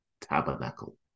tabernacle